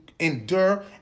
endure